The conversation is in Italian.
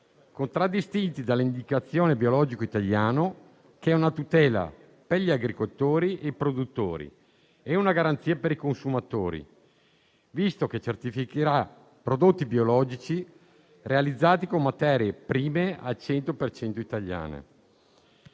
contraddistinti dall'indicazione "biologico italiano", che è una tutela per gli agricoltori e per i produttori ed una garanzia per i consumatori, visto che certificherà prodotti biologici realizzati con materie prime al 100 per